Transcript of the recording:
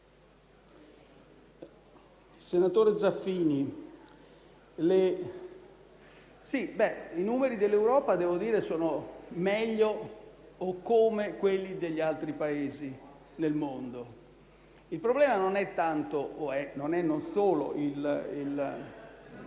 Senatore Zaffini, i numeri dell'Europa sono migliori o come quelli degli altri Paesi nel mondo. Il problema non è solo la